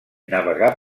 navegar